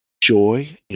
joy